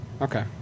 Okay